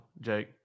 Jake